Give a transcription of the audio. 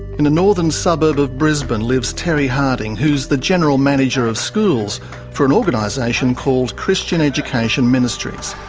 in a northern suburb of brisbane lives terry harding, who's the general manager of schools for an organisation called christian education ministries.